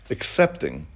Accepting